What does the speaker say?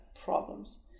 problems